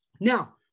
now